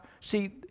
see